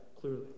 clearly